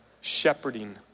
shepherding